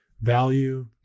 value